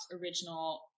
original